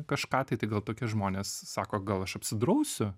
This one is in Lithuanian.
kažką tai tai gal tokie žmonės sako gal aš apsidrausiu